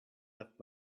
left